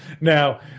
Now